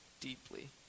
deeply